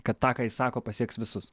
kad tą ką jis sako pasieks visus